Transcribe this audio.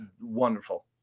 Wonderful